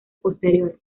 posterior